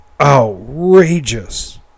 outrageous